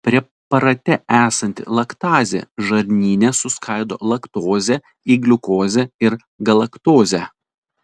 preparate esanti laktazė žarnyne suskaido laktozę į gliukozę ir galaktozę